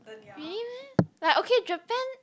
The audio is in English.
really meh but okay Japan